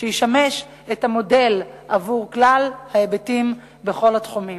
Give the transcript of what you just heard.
שישמש מודל עבור כלל ההיבטים בכל התחומים.